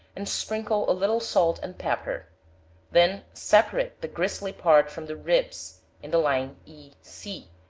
and sprinkle a little salt and pepper then separate the gristly part from the ribs, in the line e, c,